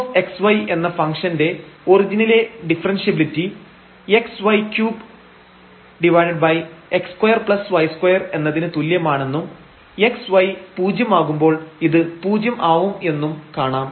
fx y എന്ന ഫംഗ്ഷൻറെ ഒറിജിനിലെ ഡിഫറെൻഷ്യബിലിറ്റി x2y2 എന്നതിന് തുല്യമാണെന്നും x y പൂജ്യം ആകുമ്പോൾ ഇത് പൂജ്യം ആവും എന്നും കാണാം